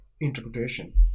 interpretation